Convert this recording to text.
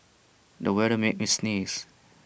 the weather made me sneeze